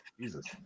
Jesus